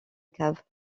cave